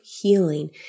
healing